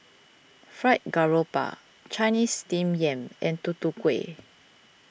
Fried Garoupa Chinese Steamed Yam and Tutu Kueh